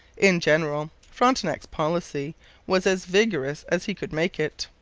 in general, frontenac's policy was as vigorous as he could make it.